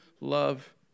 love